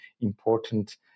important